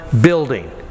building